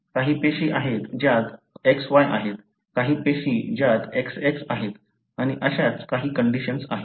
काही पेशी आहेत ज्या XY आहेत काही पेशी ज्या XX आहेत आणि अशाच काही कंडिशन्स आहेत